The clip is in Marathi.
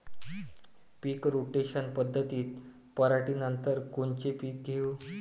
पीक रोटेशन पद्धतीत पराटीनंतर कोनचे पीक घेऊ?